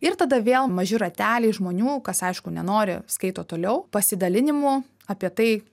ir tada vėl maži rateliai žmonių kas aišku nenori skaito toliau pasidalinimų apie tai